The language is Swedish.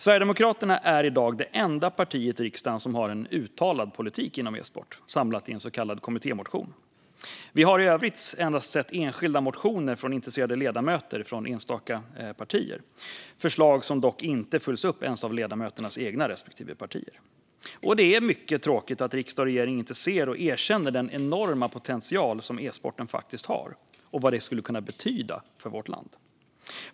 Sverigedemokraterna är i dag det enda parti i riksdagen som har en uttalad politik för e-sport, samlad i en kommittémotion. Vi har i övrigt endast sett enskilda motioner från intresserade ledamöter från enstaka partier, förslag som dock inte följs upp ens av ledamöternas egna respektive partier. Det är mycket tråkigt att riksdag och regering inte ser och erkänner den enorma potential som e-sporten faktiskt har och vad den skulle kunna betyda för vårt land.